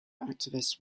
activists